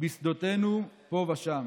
בשדותינו פה ושם /